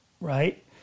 right